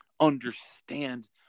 Understand